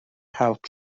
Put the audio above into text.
help